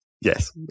Yes